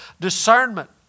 discernment